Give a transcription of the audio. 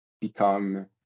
become